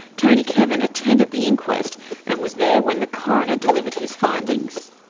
tony kevin attended the inquest and was there when the coroner delivered his findings.